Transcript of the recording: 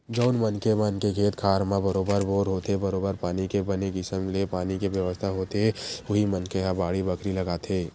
जउन मनखे मन के खेत खार म बरोबर बोर होथे बरोबर पानी के बने किसम ले पानी के बेवस्था होथे उही मनखे ह बाड़ी बखरी लगाथे